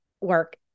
work